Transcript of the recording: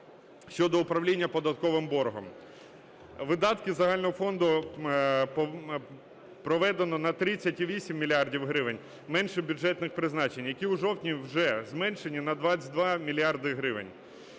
щодо управління податковим боргом. Видатки загального фонду проведено на 30,8 мільярда гривень, менше бюджетних призначень, які у жовтні вже зменшені на 22 мільярди